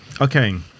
Okay